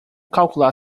calcular